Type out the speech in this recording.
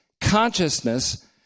consciousness